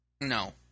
No